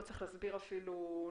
לא צריך אפילו להסביר למה,